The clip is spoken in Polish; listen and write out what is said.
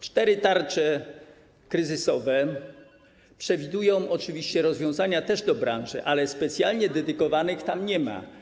Cztery tarcze kryzysowe przewidują oczywiście rozwiązania dla branży, ale specjalnie jej dedykowanych tam nie ma.